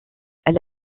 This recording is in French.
elle